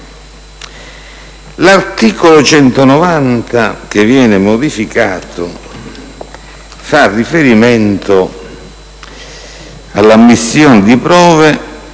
penale che viene modificato fa riferimento all'ammissione di prove